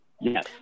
Yes